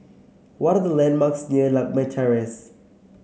what are the landmarks near Lakme Terrace